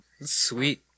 Sweet